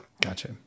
Gotcha